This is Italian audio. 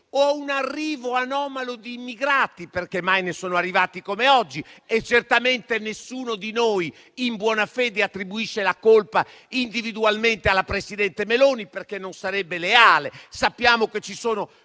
a un arrivo anomalo di immigrati - perché mai ne sono arrivati come oggi e certamente nessuno di noi in buona fede attribuisce la colpa individualmente alla presidente Meloni, perché non sarebbe leale, sappiamo che ci sono